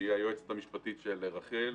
שהיא היועצת המשפטית של רח"ל,